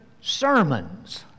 sermons